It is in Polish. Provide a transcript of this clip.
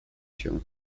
się